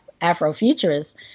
Afrofuturists